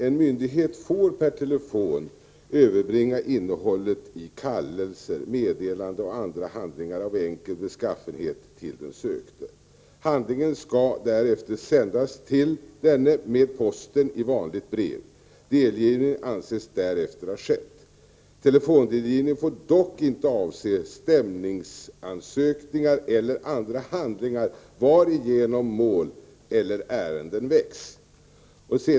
En myndighet får per telefon överbringa innehållet i kallelser, meddelanden och andra handlingar av enkel beskaffenhet till den sökte. Handlingen skall därefter sändas till denne med posten i vanligt brev. Delgivning anses därefter ha skett. Telefondelgivning får dock inte avse stämningsansökningar eller andra handlingar varigenom mål eller ärenden väcks.